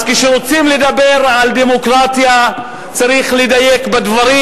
אז כשרוצים לדבר על דמוקרטיה צריך לדייק בדברים,